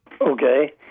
Okay